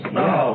no